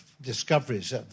discoveries